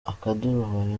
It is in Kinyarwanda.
akaduruvayo